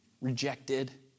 Rejected